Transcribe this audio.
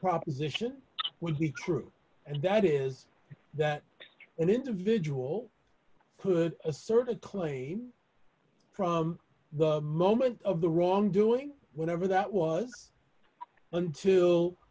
proposition would be true and that is that an individual could assert a claim from the moment of the wrongdoing whenever that was until